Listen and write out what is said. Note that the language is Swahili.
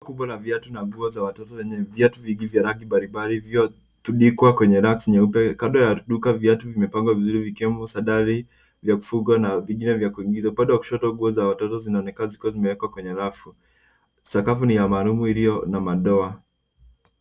Duka kubwa la viatu na nguo za watoto zenye viatu vingi vya rangi mbalimbali. Viatu viko kwenye racks nyeupe. Kando ya duka, viatu vimepangwa vizuri vikiwemo sandali vya kufunga na vingine vya kuingiza. Upande wa kushoto, nguo za watoto zinaonekana zikiwa zimewekwa kwenye rafu. Sakafu ni maalum iliyo na madoa.